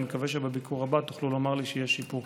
אני מקווה שבביקור הבא תוכלו לומר לי שיש שיפור.